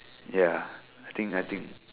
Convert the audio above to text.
ya I think I think